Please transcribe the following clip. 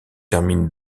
terminent